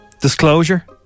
Disclosure